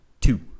two